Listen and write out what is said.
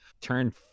turn